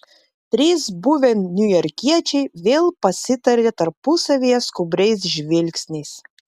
trys buvę niujorkiečiai vėl pasitarė tarpusavyje skubriais žvilgsniais